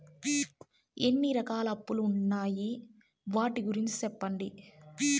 ఎన్ని రకాల అప్పులు ఉన్నాయి? వాటి గురించి సెప్పండి?